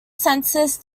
census